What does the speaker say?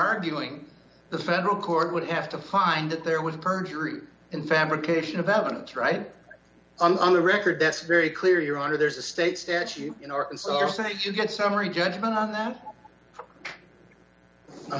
arguing the federal court would have to find that there was perjury in fabrication of that evidence right on the record that's very clear your honor there's a state statute in arkansas or so i should get summary judgment on that i'm